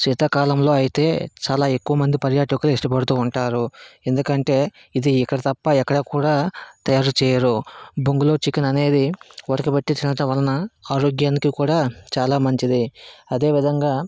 శీతకాలంలో అయితే చాలా ఎక్కువ మంది పర్యాటకులు ఇష్టపడుతూ ఉంటారు ఎందుకంటే ఇది ఇక్కడ తప్ప ఎక్కడ కూడా తయారు చేయరు బొంగులో చికెన్ అనేది ఉడకబెట్టించినంత వలన ఆరోగ్యానికి కూడా చాలా మంచిది అదే విధంగా